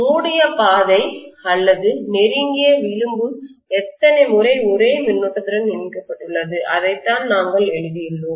மூடிய பாதை அல்லது நெருங்கிய விளிம்பு எத்தனை முறை ஒரே மின்னோட்டத்துடன் இணைக்கப்பட்டுள்ளது அதைத்தான் நாங்கள் எழுதியுள்ளோம்